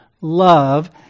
love